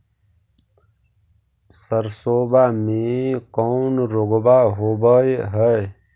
सरसोबा मे कौन रोग्बा होबय है?